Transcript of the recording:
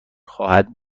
خواهد